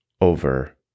over